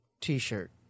T-shirt